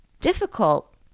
difficult